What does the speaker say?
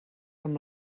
amb